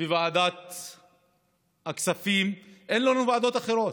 וועדת הכספים, אין לנו ועדות אחרות.